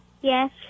Yes